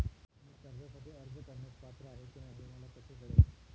मी कर्जासाठी अर्ज करण्यास पात्र आहे की नाही हे मला कसे कळेल?